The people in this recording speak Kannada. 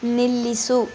ನಿಲ್ಲಿಸು